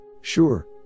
Sure